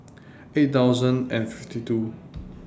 eight thousand and fifty two